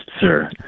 sir